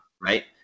right